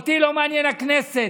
אותי לא מעניינת הכנסת,